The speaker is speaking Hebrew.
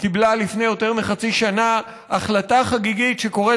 קיבלה לפני יותר מחצי שנה החלטה חגיגית שקוראת